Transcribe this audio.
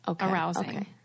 arousing